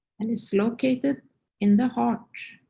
and it's located in the heart.